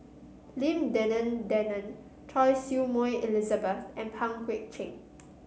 Lim Denan Denon Choy Su Moi Elizabeth and Pang Guek Cheng